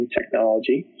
Technology